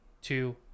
Two